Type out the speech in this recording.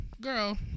girl